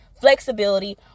flexibility